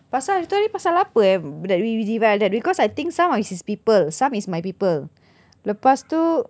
pasal itu hari pasal apa eh that we we divide like that because I think some is his people some is my people lepas tu